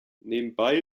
nebenbei